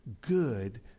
good